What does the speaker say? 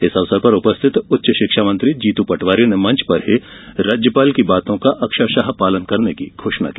इस अवसर पर उपस्थित उच्च शिक्षा मंत्री जीतू पटवारी ने मंच पर ही राज्यपाल की बातों का अक्षरशः पालन करने की घोषणा की